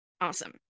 Awesome